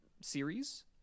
series